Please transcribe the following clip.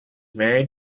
married